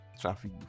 traffic